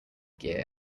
gear